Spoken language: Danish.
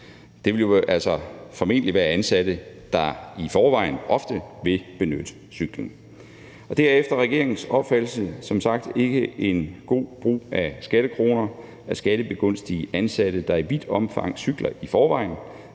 Det vil jo formentlig være ansatte, der i forvejen ofte vil benytte cyklen. Kl. 20:34 Det er efter regeringens opfattelse som sagt ikke en god brug af skattekroner at skattebegunstige ansatte, der i vidt omfang cykler i forvejen,